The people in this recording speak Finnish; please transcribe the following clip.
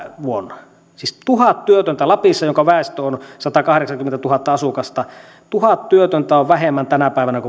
vuonna siis tuhat työtöntä lapissa jonka väestö on satakahdeksankymmentätuhatta asukasta tuhat työtöntä on vähemmän tänä päivänä